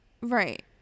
Right